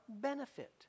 benefit